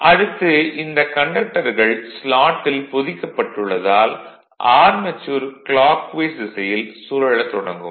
அடுத்து இந்த கண்டக்டர்கள் ஸ்லாட்டில் பொதிக்கப்பட்டுள்ளதால் ஆர்மெச்சூர் கிளாக்வைஸ் திசையில் சுழல தொடங்கும்